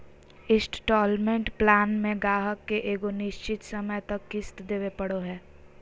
instalment plan मे गाहक के एगो निश्चित समय तक किश्त देवे पड़ो हय